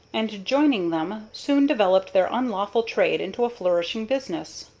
and, joining them, soon developed their unlawful trade into a flourishing business.